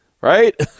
right